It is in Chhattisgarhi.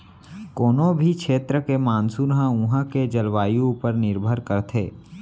कोनों भी छेत्र के मानसून ह उहॉं के जलवायु ऊपर निरभर करथे